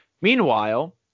Meanwhile